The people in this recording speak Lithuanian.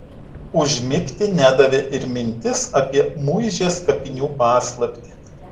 užmigti nedavė ir mintis apie muižės kapinių paslaptį